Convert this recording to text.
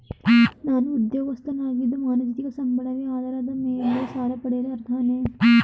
ನಾನು ಉದ್ಯೋಗಸ್ಥನಾಗಿದ್ದು ಮಾಸಿಕ ಸಂಬಳವೇ ಆಧಾರ ನಾನು ಸಾಲ ಪಡೆಯಲು ಅರ್ಹನೇ?